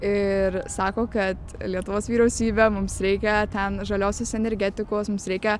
ir sako kad lietuvos vyriausybė mums reikia ten žaliosios energetikos mums reikia